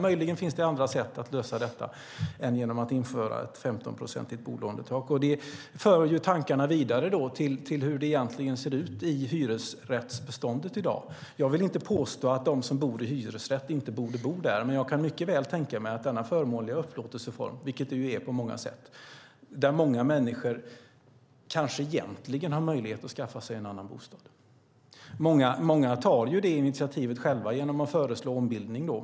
Möjligen finns andra sätt att lösa detta än att införa ett 15-procentigt bolånetak. Det här för tankarna vidare till hur det ser ut i hyresrättsbeståndet i dag. Jag vill inte påstå att de som bor i hyresrätt inte borde bo där, men jag kan mycket väl tänka mig att i denna förmånliga upplåtelseform - vilket den är på många sätt - bor många människor som egentligen har möjlighet att skaffa sig en annan bostad. Många tar initiativet själva genom att föreslå ombildning.